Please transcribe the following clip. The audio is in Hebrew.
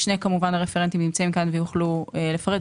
שני הרפרנטים נמצאים פה ויוכלו לפרט,